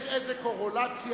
יש איזו קורלציה,